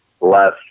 less